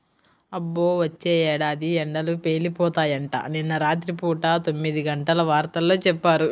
అబ్బో, వచ్చే ఏడాది ఎండలు పేలిపోతాయంట, నిన్న రాత్రి పూట తొమ్మిదిగంటల వార్తల్లో చెప్పారు